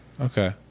Okay